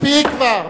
מספיק כבר.